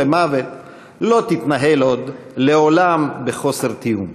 למוות לא תתנהל עוד לעולם בחוסר תיאום.